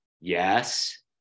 Yes